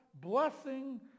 blessing